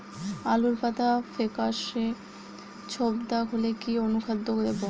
আলুর পাতা ফেকাসে ছোপদাগ হলে কি অনুখাদ্য দেবো?